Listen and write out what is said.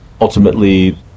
ultimately